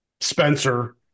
Spencer